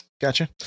gotcha